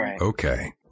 Okay